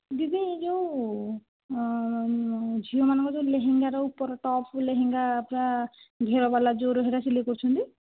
ଦିଦି ଯେଉଁ ଝିଅମାନଙ୍କର ଯେଉଁ ଲେହେଙ୍ଗାର ଉପର ଟପ୍ ଲେହେଙ୍ଗା ଘେରବାଲା ଯେଉଁ ହେଟା ସିଲେଇ କରୁଛନ୍ତି